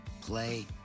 play